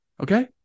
okay